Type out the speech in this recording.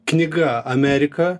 knyga amerika